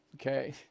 okay